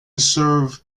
serve